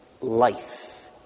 life